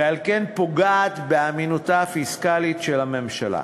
ועל כן פוגע באמינותה הפיסקלית של הממשלה.